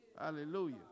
hallelujah